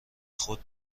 خود